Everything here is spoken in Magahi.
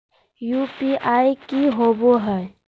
यू.पी.आई की होबो है?